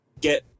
get